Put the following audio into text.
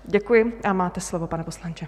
Děkuji a máte slovo, pane poslanče.